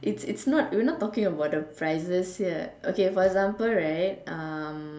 it's it's not we're not talking about the prizes here okay for example right